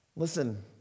Listen